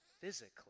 physically